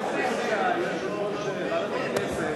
יושב-ראש ועדת הכנסת